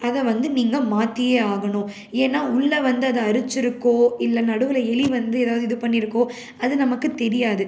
அதை வந்து நீங்கள் மாற்றியே ஆகணும் ஏன்னா உள்ளே வந்து அதை அரித்திருக்கோ இல்லை நடுவில் எலி வந்து ஏதாவது இது பண்ணி இருக்கோ அது நமக்குத் தெரியாது